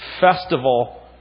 festival